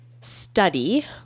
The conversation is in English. study